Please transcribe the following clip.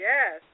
Yes